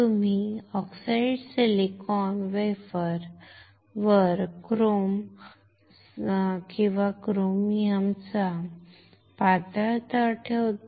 तुम्ही oxidised silicon वेफरवर chrome किंवा क्रोमियमचा पातळ थर ठेवता